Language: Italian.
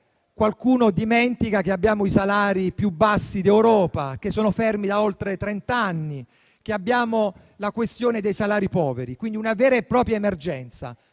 qualcuno dimentica che abbiamo i salari più bassi d'Europa, che sono fermi da oltre trent'anni e che abbiamo la questione dei salari poveri, quindi una vera e propria emergenza.